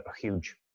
huge